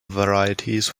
varieties